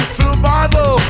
survival